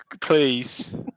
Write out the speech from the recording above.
Please